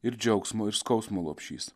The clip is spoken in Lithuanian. ir džiaugsmo ir skausmo lopšys